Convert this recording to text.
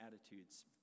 attitudes